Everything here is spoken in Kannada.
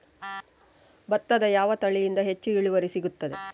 ಭತ್ತದ ಯಾವ ತಳಿಯಿಂದ ಹೆಚ್ಚು ಇಳುವರಿ ಸಿಗುತ್ತದೆ?